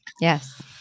yes